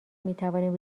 میتوانیم